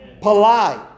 Polite